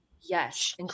Yes